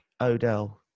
Odell